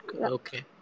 Okay